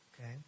Okay